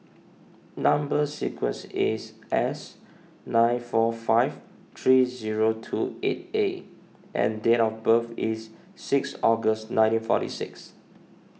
Number Sequence is S nine four five three zero two eight A and date of birth is six August nineteen forty six